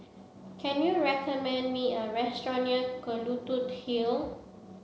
can you recommend me a restaurant near Kelulut Hill